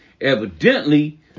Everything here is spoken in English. Evidently